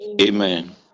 Amen